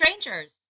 Strangers